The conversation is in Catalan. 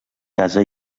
casa